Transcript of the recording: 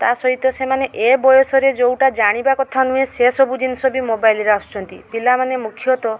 ତା ସହିତ ସେମାନେ ଏ ବୟସରେ ଯେଉଁଟା ଜାଣିବା କଥା ନୁହେଁ ସେସବୁ ଜିନିଷ ବି ମୋବାଇଲ୍ରେ ଆସୁଛନ୍ତି ପିଲାମାନେ ମୁଖ୍ୟତଃ